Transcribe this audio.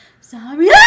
Sorry